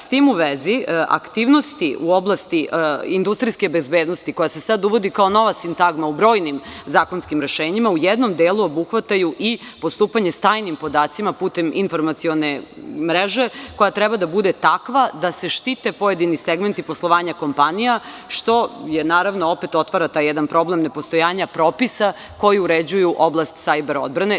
S tim u vezi, aktivnosti u oblasti industrijske bezbednosti, koja se sada uvodi kao nova sintagma u brojnim zakonskim rešenjima, u jednom delu obuhvataju i postupanje sa tajnim podacima putem informacione mreže, koja treba da bude takva da se štite pojedini segmenti poslovanja kompanija, što opet otvara taj jedan problem nepostojanja propisa koji uređuju oblast sajber odbrane.